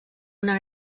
una